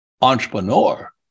entrepreneur